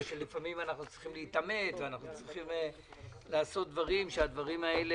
לפעמים אנחנו צריכים להתאמץ ולעשות דברים שלא